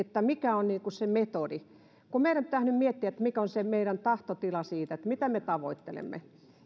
mikä on se metodi kun meidän pitäisi nyt miettiä mikä on meidän tahtotilamme siinä mitä me tavoittelemme